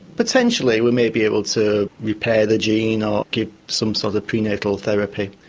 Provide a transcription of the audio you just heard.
potentially we may be able to repair the gene or give some sort of prenatal therapy.